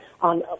on